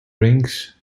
rings